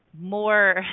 more